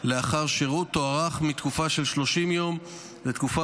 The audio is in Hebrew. שירות תוארך מתקופה של 30 יום לתקופה